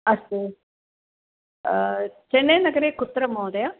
अस्तु चेन्नैनगरे कुत्र महोदय